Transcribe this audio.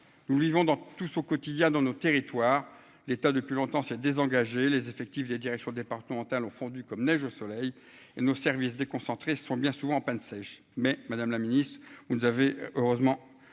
nous vivons dans tout son quotidien dans nos territoires, l'État depuis longtemps s'est désengagé, les effectifs des directions départementales ont fondu comme neige au soleil, nos services déconcentrés, ce sont bien souvent en panne sèche, mais Madame la Ministre, on nous avait heureusement